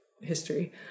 history